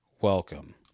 welcome